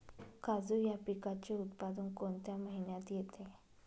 काजू या पिकाचे उत्पादन कोणत्या महिन्यात येते?